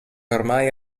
ormai